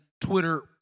Twitter